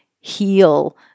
heal